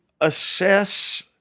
assess